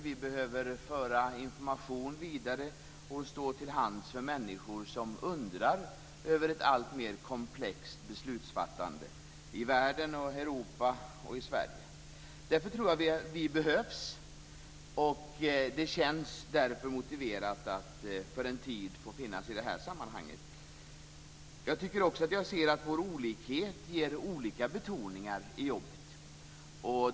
Vi behöver föra information vidare och finnas till hands för människor som undrar över ett alltmer komplext beslutsfattande i världen, Europa och Sverige. Därför tror jag att vi behövs, och det känns motiverat att för en tid få finnas i det här sammanhanget. Jag tycker också att jag ser att vår olikhet ger olika betoningar i jobbet.